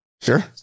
sure